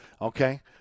Okay